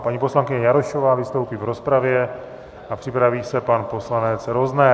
Paní poslankyně Jarošová vystoupí v rozpravě a připraví se pan poslanec Rozner.